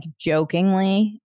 jokingly